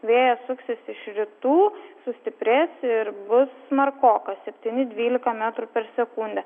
vėjas suksis iš rytų sustiprės ir bus smarkokas septyni dvylika metrų per sekundę